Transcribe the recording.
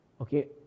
okay